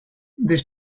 this